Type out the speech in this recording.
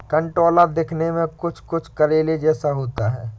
कंटोला दिखने में कुछ कुछ करेले जैसा होता है